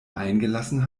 eingelassen